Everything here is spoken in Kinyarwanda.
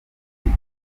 iryo